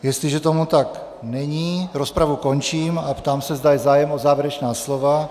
Jestliže tomu tak není, rozpravu končím a ptám se, zda je zájem o závěrečná slova.